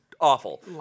awful